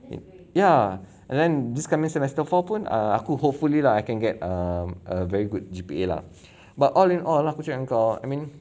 ya and then this coming semester four pun err aku hopefully lah I can get a err very good G_P_A lah but all in all aku cakap dengan kau I mean